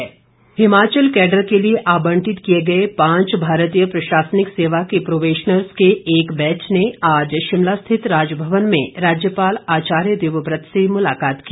भेंट हिमाचल कैडर के लिए आबंटित किए गए पांच भारतीय प्रशासनिक सेवा के प्रोबेशनर्ज़ के एक बैच ने आज शिमला रिथत राजभवन में राज्यपाल आचार्य देवव्रत से मुलाकात की